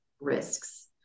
risks